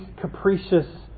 capricious